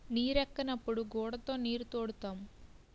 నీరెక్కనప్పుడు గూడతో నీరుతోడుతాము